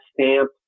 stamp